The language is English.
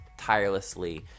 tirelessly